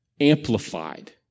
amplified